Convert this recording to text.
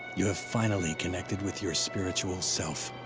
you have finally connected with your spiritual self.